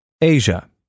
Asia